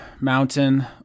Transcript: mountain